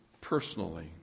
personally